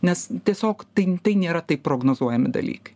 nes tiesiog tai tai nėra taip prognozuojami dalykai